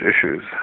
issues